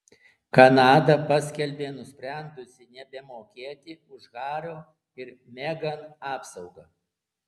kanada paskelbė nusprendusi nebemokėti už hario ir megan apsaugą